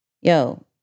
yo